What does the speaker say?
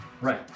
Right